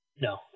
No